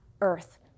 earth